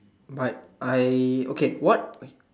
but I okay what